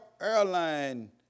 airline